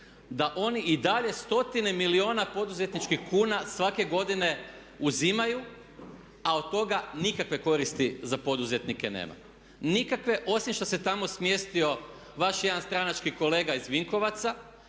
da oni i dalje stotine milijuna poduzetničkih kuna svake godine uzimaju a od toga nikakve koristi za poduzetnike nema. Nikakve, osim što se tamo smjestio vaš jedan stranački kolega iz Vinkovaca